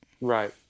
Right